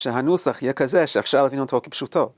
שהנוסח יהיה כזה שאפשר להבין אותו כפשוטו.